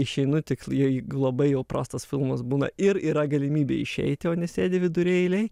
išeinu tik jei labai jau prastas filmas būna ir yra galimybė išeiti o nesėdi vidury eilėj